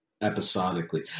episodically